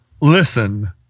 Listen